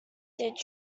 did